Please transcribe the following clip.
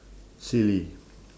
silly